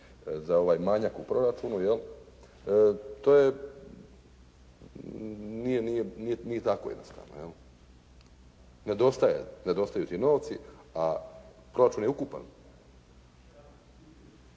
za ovaj manjak u proračunu jel, to je, nije tako jednostavno. Nedostaju ti novci, a proračun je ukupan.